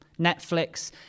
Netflix